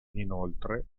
inoltre